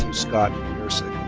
scott ersek.